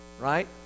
right